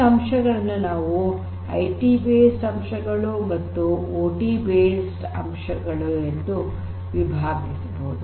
ಈ ಅಂಶಗಳನ್ನು ನಾವು ಐಟಿ ಬೇಸ್ಡ್ ಅಂಶಗಳು ಮತ್ತು ಓಟಿ ಬೇಸ್ಡ್ ಅಂಶಗಳೆಂದು ವಿಭಾಗಿಸಬಹುದು